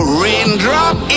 raindrop